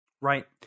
Right